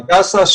הדסה,